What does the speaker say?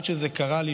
עד שזה קרה לי,